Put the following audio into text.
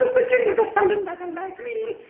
never find another like me